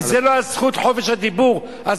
אם חופש הדיבור הוא לא זכות,